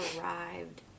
arrived